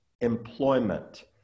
employment